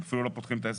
הם לא פותחים את העסק.